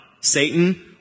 Satan